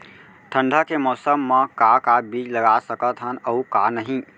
ठंडा के मौसम मा का का बीज लगा सकत हन अऊ का नही?